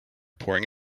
pouring